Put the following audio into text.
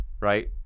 right